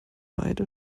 beide